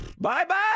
Bye-bye